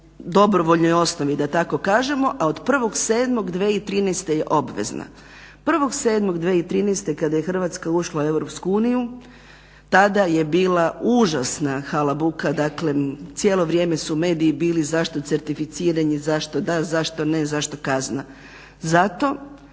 dobrovoljnoj osnovi da tako kažemo. A od 1.7.2013. je obvezna. 1.7.2013. kada je Hrvatska ušla u Europsku Uniju tada je bila užasna halabuka, dakle cijelo vrijeme su mediji bili zašto certificiranje zašto da, zašto ne, zašto kazna. Zato